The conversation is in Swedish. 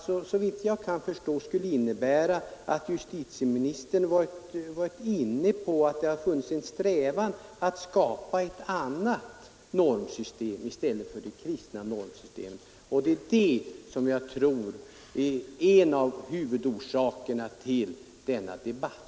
Såvitt jag förstår skulle det innebära att det har funnits en strävan att skapa ett annat normsystem i stället för det kristna. Och det tror jag är en av huvudorsakerna till denna debatt.